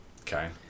Okay